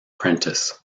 prentiss